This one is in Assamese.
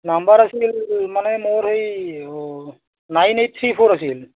নাম্বাৰ আছিল মানে মোৰ সেই অ' নাইন এইট থ্ৰী ফ'ৰ আছিল